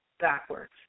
backwards